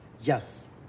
Yes